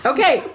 Okay